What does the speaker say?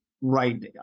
right